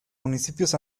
municipios